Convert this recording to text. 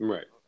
Right